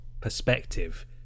perspective